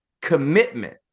commitment